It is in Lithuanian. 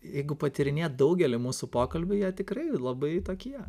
jeigu patyrinėt daugelį mūsų pokalbių jie tikrai labai tokie